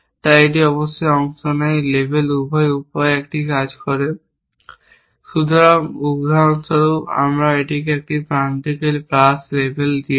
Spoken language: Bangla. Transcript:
তাই এটি অবশ্যই অংশ নেয় লেবেল উভয় উপায়ে একই কাজ করে। সুতরাং উদাহরণস্বরূপ একবার আমি এই প্রান্তগুলিকে প্লাস লেবেল দিয়েছি